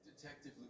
detective